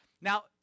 Now